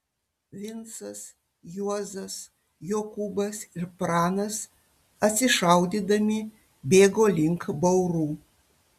vincas juozas jokūbas ir pranas atsišaudydami bėgo link baurų